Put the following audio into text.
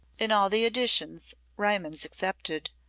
in all the editions, riemann's excepted,